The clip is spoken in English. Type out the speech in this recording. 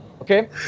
okay